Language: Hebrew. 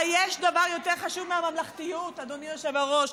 היש דבר יותר חשוב מהממלכתיות, אדוני היושב-ראש?